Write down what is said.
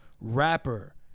rapper